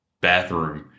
bathroom